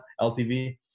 LTV